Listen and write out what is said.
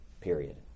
period